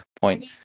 point